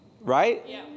right